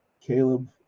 caleb